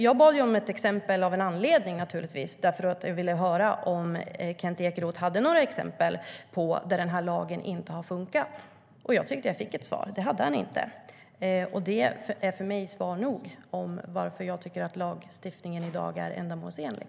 Jag bad om ett exempel av en anledning. Jag ville höra om Kent Ekeroth hade några exempel på att den här lagen inte har funkat. Jag tyckte att jag fick ett svar: Det hade han inte. Det är för mig svar nog på varför jag tycker att dagens lagstiftning är ändamålsenlig.